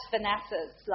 Vanessa's